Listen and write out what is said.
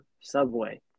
Subway